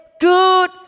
good